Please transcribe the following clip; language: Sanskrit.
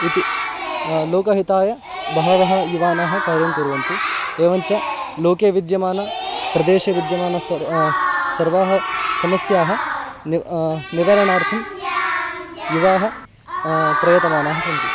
इति लोकहिताय बहवः युवानः कार्यं कुर्वन्ति एवञ्च लोके विद्यमानप्रदेशे विद्यमानं सर्वं सर्वाः समस्याः निव् निवरणार्थं युवानः प्रयतमानाः सन्ति